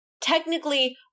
technically